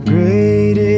Great